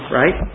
right